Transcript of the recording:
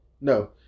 no